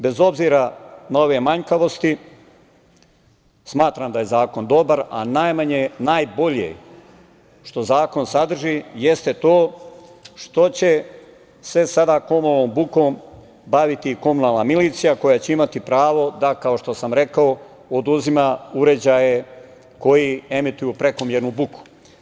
Bez obzira, na ove manjkavosti, smatram da je zakon dobar, a najbolje što zakon sadrži jeste to što će se sada ovom bukom baviti komunalna milicija, koja će imati pravo da kao što sam rekao oduzima uređaje koji emituju prekomernu buku.